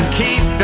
keep